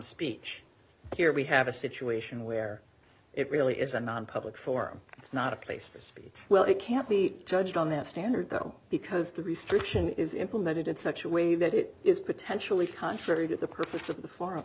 speech here we have a situation where it really is a nonpublic forum it's not a place for speech well it can't be judged on their standard though because the restriction is implemented in such a way that it is potentially contrary to the purpose of the forum